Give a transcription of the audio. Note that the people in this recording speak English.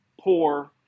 poor